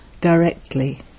directly